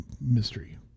mystery